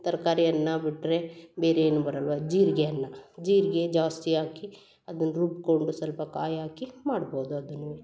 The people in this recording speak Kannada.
ತರ್ಕಾರಿ ಅನ್ನ ಬಿಟ್ಟರೆ ಬೇರೆ ಏನು ಬರಲ್ಲವಾ ಜೀರ್ಗೆ ಅನ್ನ ಜೀರ್ಗೆ ಜಾಸ್ತಿ ಹಾಕಿ ಅದನ್ನ ರುಬ್ಕೊಂಡು ಸ್ವಲ್ಪ ಕಾಯಿ ಹಾಕಿ ಮಾಡ್ಬೋದು ಅದನ್ನೂ